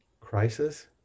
crisis